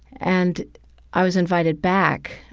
and i was invited back,